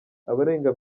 abarenga